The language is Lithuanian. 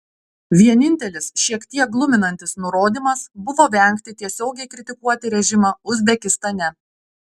vienintelis šiek tiek gluminantis nurodymas buvo vengti tiesiogiai kritikuoti režimą uzbekistane